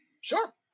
Sure